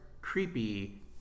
creepy